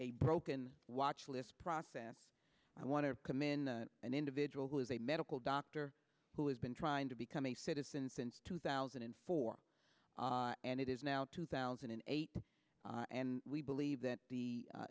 a broken watch list process i want to come in an individual who is a medical doctor who has been trying to become a citizen since two thousand and four and it is now two thousand and eight and we believe that the